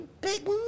big